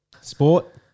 Sport